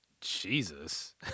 Jesus